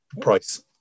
Price